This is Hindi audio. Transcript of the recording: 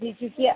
जी क्योंकि